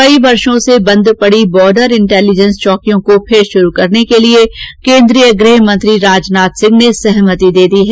कई वर्षों से बंद पड़ी बॉर्डर इंटेलीजेंस चौकियों को फिर शुरू करने के लिए केन्द्रीय गृह मंत्री राजनाथ सिंह ने सहमति दे दी है